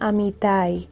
Amitai